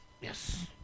Yes